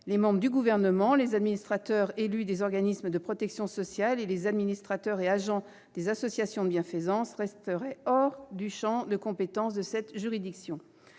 Les membres du Gouvernement, les administrateurs élus des organismes de protection sociale et les administrateurs et agents des associations de bienfaisance resteraient hors du champ de compétence de cette juridiction.